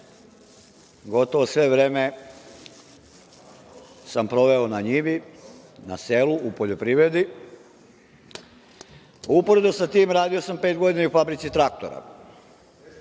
gotovo sve vreme sam proveo na njivi, na selu, u poljoprivredi, uporedo sa tim sam radio i u fabrici traktora.